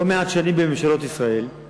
לא מעט שנים, בממשלות ישראל,